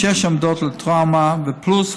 שש